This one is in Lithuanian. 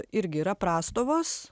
irgi yra prastovos